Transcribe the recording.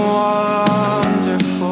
wonderful